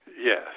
Yes